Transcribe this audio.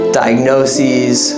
diagnoses